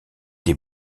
des